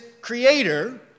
creator